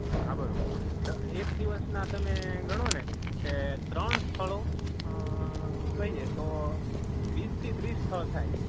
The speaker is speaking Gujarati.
હાં બરોબર અ એક દિવસના તમે ગણો ને કે ત્રણ સ્થળો કહીએ તો વીસથી ત્રીસ સ્થળ થાય